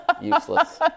Useless